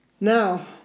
Now